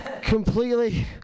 Completely